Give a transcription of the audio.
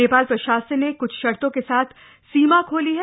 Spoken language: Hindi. नप्राल प्रशासन न क्छ शर्तों का साथ सीमा खोली है